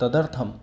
तदर्थम्